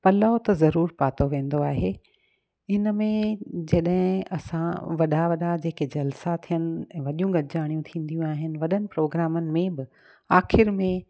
पलउ त ज़रूर पातो वेंदो आहे हिन में जॾहिं असां वॾा वॾा जे के जलसा थियनि वॾियूं गॾिजाणियूं थींदियूं आहिनि वॾनि प्रोग्रामनि में बि आख़िरि में